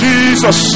Jesus